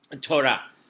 Torah